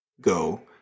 go